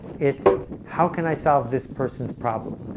it's how can i solve this person's problem?